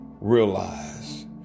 realize